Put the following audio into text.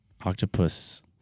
octopus